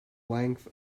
length